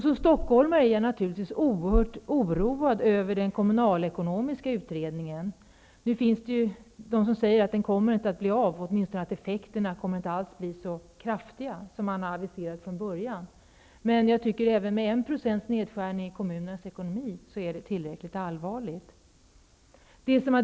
Som stockholmare är jag naturligtvis oerhört oroad över den kommunalekonomiska utredningen. Nu finns det de som säger att de redovisade effekterna inte kommer att bli så kraftiga som det aviserades från början. Men även 1 % nedskärning i kommunernas ekonomi är tillräckligt allvarligt.